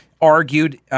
argued